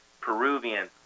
Peruvian